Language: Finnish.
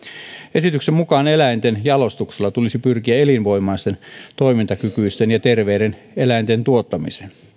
esityksen mukaan eläinten jalostuksella tulisi pyrkiä elinvoimaisten toimintakykyisten ja terveiden eläinten tuottamiseen